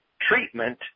treatment